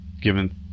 given